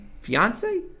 fiance